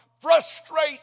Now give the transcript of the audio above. Frustrate